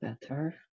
better